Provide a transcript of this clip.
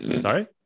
Sorry